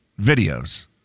videos